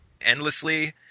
endlessly